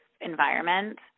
environment